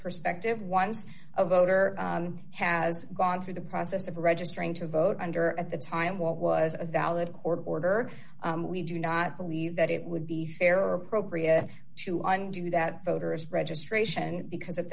perspective once a voter has gone through the process of registering to vote under at the time when it was a valid court order we do not believe that it would be fair or appropriate to undo that voter's registration because at